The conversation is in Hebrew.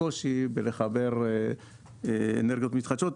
הקושי בלחבר אנרגיות מתחדשות.